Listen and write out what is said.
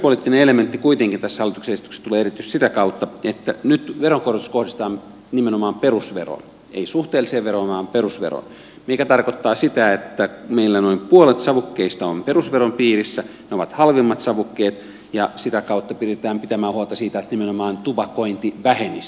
terveyspoliittinen elementti kuitenkin tässä hallituksessa tulee erityisesti sitä kautta että nyt veronkorotus kohdistetaan nimenomaan perusveroon ei suhteelliseen veroon vaan perusveroon mikä tarkoittaa sitä että meillä noin puolet savukkeista on perusveron piirissä ne ovat halvimmat savukkeet ja sitä kautta pyritään pitämään huolta siitä että nimenomaan tupakointi vähenisi